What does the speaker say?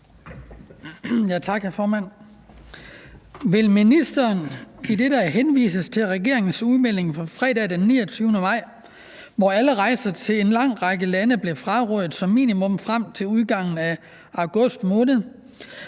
Vil ministeren, idet der henvises til regeringens udmelding fredag den 29. maj 2020, hvor alle rejser til en lang række lande blev frarådet som minimum frem til udgangen af august måned,